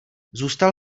zůstal